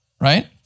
Right